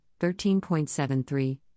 13.73